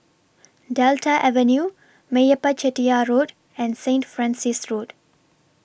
Delta Avenue Meyappa Chettiar Road and Saint Francis Road